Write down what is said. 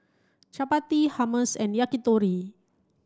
Chapati Hummus and Yakitori